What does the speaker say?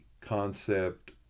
concept